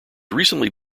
recently